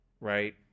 right